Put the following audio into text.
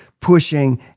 pushing